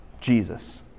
Jesus